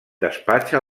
despatxa